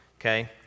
okay